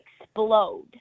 explode